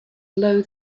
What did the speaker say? blow